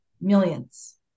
millions